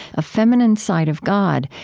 a feminine side of god,